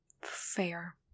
Fair